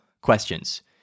questions